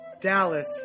Dallas